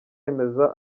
yemeza